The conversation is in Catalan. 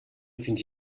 fins